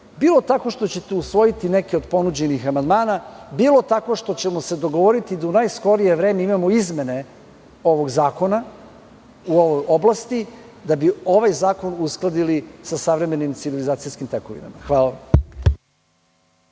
bilo tako što ćete usvojiti neke do ponuđenih amandmana, bilo tako što ćemo se dogovoriti da u najskorije vreme imamo izmene ovog zakona, u ovoj oblasti, da bi ovaj zakon uskladili sa savremenim civilizacijskim tekovinama. Hvala.